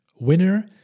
Winner